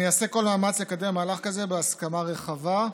אני אעשה כל מאמץ לקדם מהלך כזה בהסכמה רחבה.